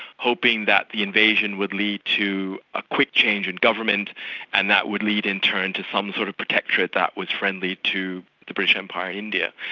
hoping that the invasion would lead to a quick change in government and that would lead in turn to some sort of protectorate that was friendly to the british empire in india.